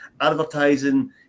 advertising